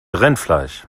rinderfleisch